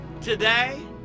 Today